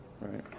right